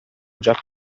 già